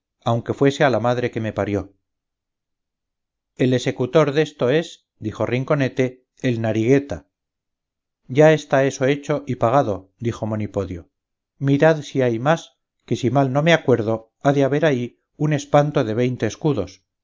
aunque fuese a la madre que me parió el esecutor desto es dijo rinconete el narigueta ya está eso hecho y pagado dijo monipodio mirad si hay más que si mal no me acuerdo ha de haber ahí un espanto de veinte escudos